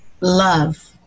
love